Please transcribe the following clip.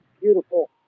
beautiful